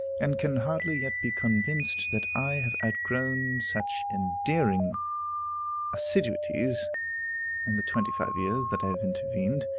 and can hardly yet be convinced that i have outgrown such endearing assiduities in the twenty-five years that have intervened.